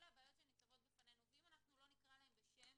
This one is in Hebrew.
אלה הבעיות שניצבות בפנינו ואם אנחנו לא נקרא להן בשם